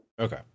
Okay